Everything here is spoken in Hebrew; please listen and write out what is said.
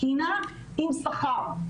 תקינה עם שכר.